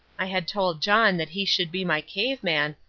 i had told john that he should be my cave man,